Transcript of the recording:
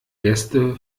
gäste